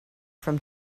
from